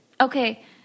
Okay